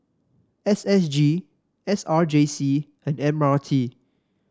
S S G S R J C and M R T